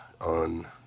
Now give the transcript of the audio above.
on